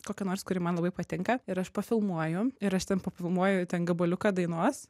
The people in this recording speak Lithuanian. kokia nors kuri man labai patinka ir aš pafilmuoju ir aš ten pafilmuoju ten gabaliuką dainos